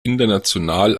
international